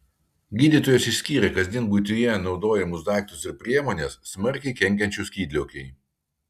gydytojas išskyrė kasdien buityje naudojamus daiktus ir priemones smarkiai kenkiančius skydliaukei